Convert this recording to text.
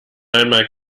einmal